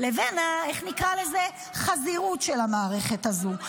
-- לבין, איך נקרא לזה, חזירות של המערכת הזו.